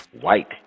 White